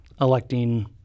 electing